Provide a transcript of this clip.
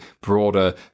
broader